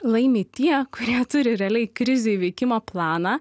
laimi tie kurie turi realiai krizei veikimo planą